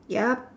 ya